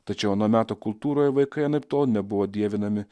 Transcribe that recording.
tačiau ano meto kultūroj vaikai anaiptol nebuvo dievinami